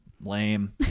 Lame